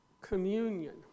communion